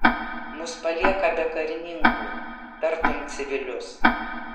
mus palieka be karininkų tartum civilius